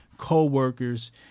co-workers